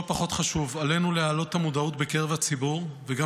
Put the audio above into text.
לא פחות חשוב: עלינו להעלות את המודעות בקרב הציבור וגם